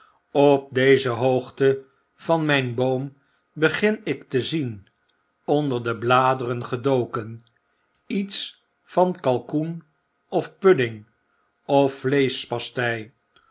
op deze hoogte van myn boom begin ik te zien onder de bladeren gedoken iets van kalkoen of pudding of